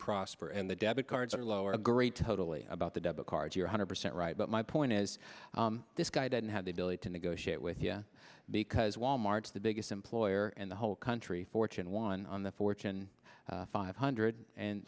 prosper and the debit cards are lower great totally about the debit card you're hundred percent right but my point is this guy didn't have the ability to negotiate with you because wal mart's the biggest employer in the whole country fortune one on the fortune five hundred and